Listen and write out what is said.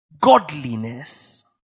Godliness